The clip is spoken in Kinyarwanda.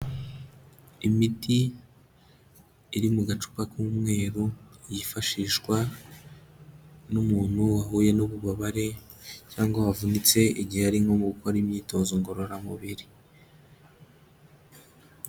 Imiti iri mu gacupa k'umweru, yifashishwa n'umuntu wahuye n'ububabare, cyangwa wavunitse igihe ari nko mu gukora imyitozo ngororamubiri.